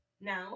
Now